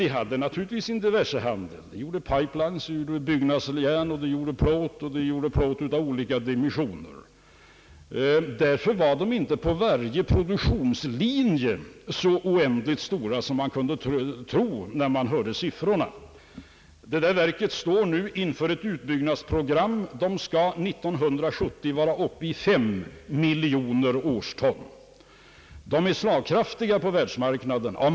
Det driver givetvis »diversehandel». Där tillverkas pipelines, byggnadsjärn och plåt av olika dimensioner. På varje produktionslinje är verket därför inte så stort som det kan förefalla av siffrorna. Verket står nu inför ett utbyggnadsprogram. 1970 skall kapaciteten vara uppe i 5 miljoner årston. Järnverket i Taranto är av många skäl slagkraftigt på världsmarknaden.